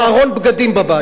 ארון בגדים בבית.